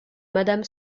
madame